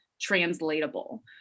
translatable